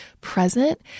present